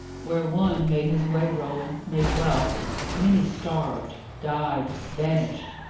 where one made his way, roland made wealth many starved died vanished,